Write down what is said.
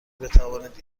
بتوانید